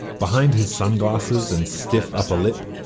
behind his sunglasses and stiff upper lip,